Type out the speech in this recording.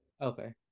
Okay